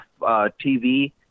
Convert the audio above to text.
TV